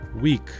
week